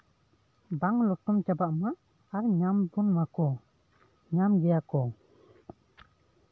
ᱵᱟᱝ ᱞᱚᱴᱚᱢ ᱪᱟᱵᱟᱜ ᱢᱟ ᱟᱨ ᱧᱟᱢ ᱵᱚᱱ ᱢᱟᱠᱚ ᱧᱟᱢ ᱜᱮᱭᱟ ᱠᱚ